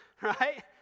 Right